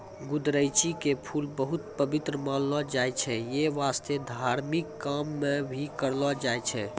गुदरैंची के फूल बहुत पवित्र मानलो जाय छै यै वास्तं धार्मिक काम मॅ भी करलो जाय छै